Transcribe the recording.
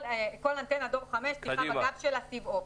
כל אנטנה דור חמש צריכה בגב שלה סיב אופטי.